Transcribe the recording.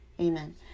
Amen